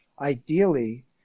ideally